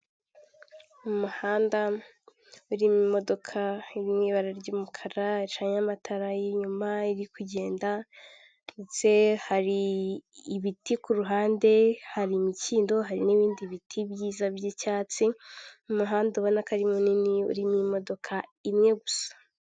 Umuhanda urimo imodoka iri mu ibara ry'umukara, icanye amatara y'inyuma iri kugenda ndetse hari ibiti ku ruhande, hari imikindo, hari n'ibindi biti byiza by'icyatsi n'umuhanda ubona ko ari munini urimo imodoka imwe gusa.